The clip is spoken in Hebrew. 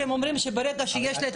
שהם אומרים שברגע שיש,